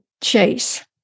chase